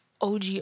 OG